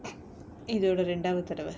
இதோட ரெண்டாவது தடவ:ithoda rendaavathu thadava